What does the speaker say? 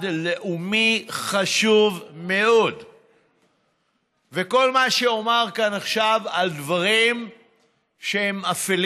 לאומי חשוב מאוד וכל מה שאומר כאן עכשיו על דברים שהם אפלים